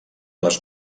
les